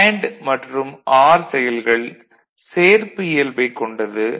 and மற்றும் or செயல்கள் சேர்ப்பு இயல்பைக் கொண்டது